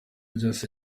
byose